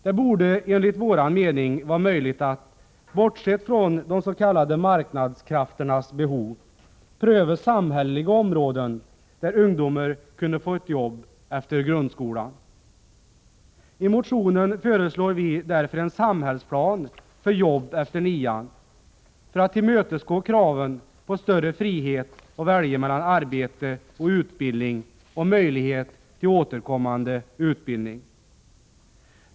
Det borde enligt vår mening vara möjligt att bortse från de s.k. marknadskrafternas behov och pröva om det inte finns samhälleliga områden där ungdomar kunde få ett jobb efter grundskolan. I motionen föreslår vi därför en samhällsplan för jobb efter årskurs 9 för att tillmötesgå kraven på större frihet att välja mellan arbete och utbildning och på att det skall ges möjlighet till återkommande utbildning.